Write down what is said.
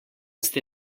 ste